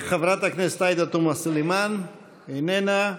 חברת הכנסת עאידה תומא סלימאן, איננה,